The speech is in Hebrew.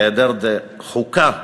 בהיעדר חוקה במקומותינו,